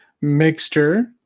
mixture